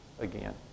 again